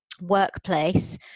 workplace